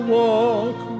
walk